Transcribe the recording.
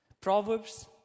Proverbs